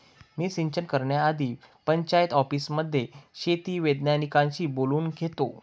मी सिंचन करण्याआधी पंचायत ऑफिसमध्ये शेती वैज्ञानिकांशी बोलून घेतो